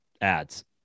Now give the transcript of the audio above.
ads